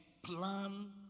Plan